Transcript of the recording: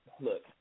look